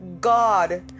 God